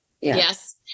yes